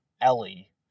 Ellie